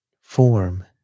Form